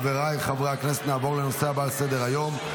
חבריי חברי הכנסת, נעבור לנושא הבא על סדר-היום,